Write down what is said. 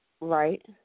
Right